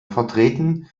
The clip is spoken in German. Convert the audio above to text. vertreten